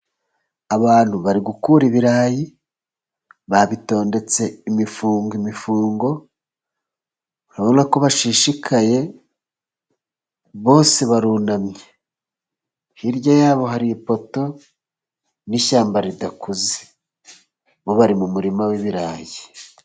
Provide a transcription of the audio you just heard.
Abantu bari gukura ibirayi, babitondetse imifunga imifungo, urabona ko bashishikaye, bose barunamye, hirya yabo hari ipoto n'ishyamba ridakuze, bo bari mu murima w'ibirayi.